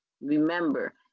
Remember